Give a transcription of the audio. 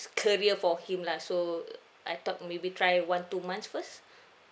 career for him lah so uh I thought maybe try one two months first